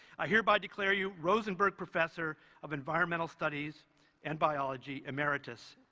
i hereby declare you rosenburg professor of environmental studies and biology, emeritus,